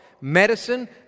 medicine